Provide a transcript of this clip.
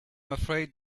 afraid